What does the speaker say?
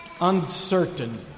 uncertain